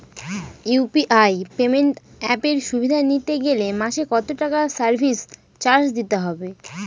UPI payment অ্যাপের সুবিধা নিতে গেলে মাসে কত টাকা সার্ভিস চার্জ দিতে হবে?